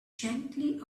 gently